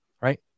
Right